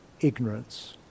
ignorance